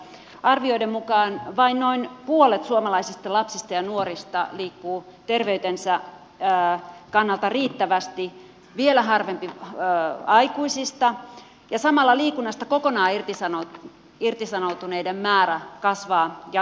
arvioiden mukaan vain noin puolet suomalaisista lapsista ja nuorista liikkuu terveytensä kannalta riittävästi vielä harvempi aikuisista ja samalla liikunnasta kokonaan irtisanoutuneiden määrä kasvaa jatkuvasti